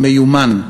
מיומן.